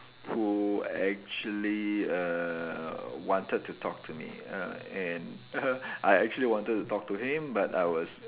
who actually err wanted to talk to me err and I actually wanted to talk to him but I was